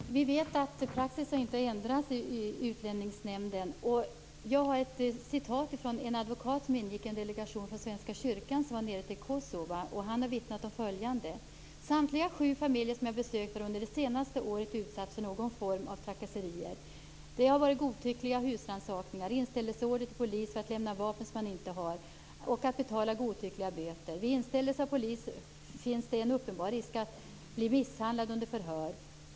Fru talman! Vi vet att praxis inte har ändrats i Utlänningsnämnden. Jag vill referera vad en advokat som ingick i en delegation från Svenska kyrkan och som var nere i Kosova sade. Han har vittnat om följande: Samtliga sju familjer som jag besökt har under det senaste året utsatts för någon form av trakasserier. Det har varit godtyckliga husrannsakningar, inställelseorder till polis för att lämna vapen som man inte har och att betala godtyckliga böter. Vid inställelse hos polis finns det en uppenbar risk att bli misshandlad under förhör.